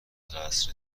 قصر